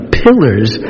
pillars